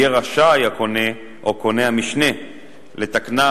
יהיה רשאי הקונה או קונה המשנה לתקנה,